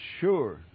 sure